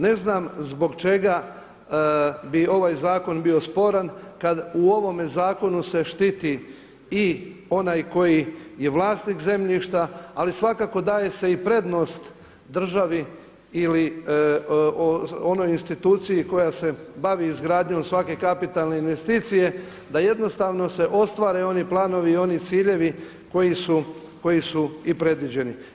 Ne znam zbog čega bi ovaj zakon bio sporan kad u ovome zakonu se štiti i onaj koji je vlasnik zemljišta, ali svakako daje se i prednost državi ili onoj instituciji koja se bavi izgradnjom svake kapitalne investicije, da jednostavno se ostvare oni planovi i oni ciljevi koji su i predviđeni.